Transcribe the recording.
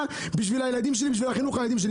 בשביל הילדים שלי ובשביל החינוך שלהם.